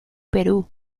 perú